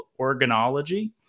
organology